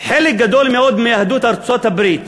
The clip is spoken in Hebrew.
שחלק גדול מאוד מיהדות ארצות-הברית